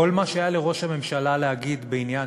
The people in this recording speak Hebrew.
כל מה שהיה לראש הממשלה להגיד בעניין